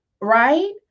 right